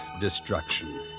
destruction